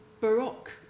Baroque